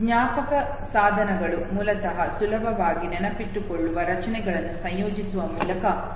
ಜ್ಞಾಪಕ ಸಾಧನಗಳು ಮೂಲತಃ ಸುಲಭವಾಗಿ ನೆನಪಿನಲ್ಲಿಟ್ಟುಕೊಳ್ಳುವ ರಚನೆಗಳನ್ನು ಸಂಯೋಜಿಸುವ ಮೂಲಕ ನಮ್ಮ ಸ್ಮರಣೆಗೆ ಸಹಾಯ ಮಾಡುತ್ತವೆ